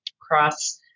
cross-